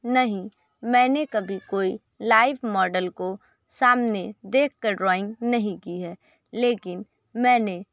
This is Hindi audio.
नहीं मैंने कभी कोई लाइव मॉडल को सामने देखकर ड्रॉइंग नहीं की है लेकिन मैंने